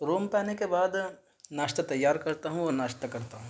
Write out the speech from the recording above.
روم پہ آنے کے بعد ناشتہ تیار کرتا ہوں اور ناشتہ کرتا ہوں